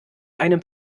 einem